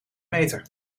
meter